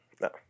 No